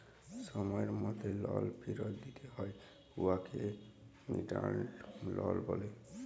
সময়ের মধ্যে লল ফিরত দিতে হ্যয় উয়াকে ডিমাল্ড লল ব্যলে